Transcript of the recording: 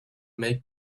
make